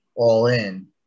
all-in